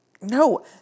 no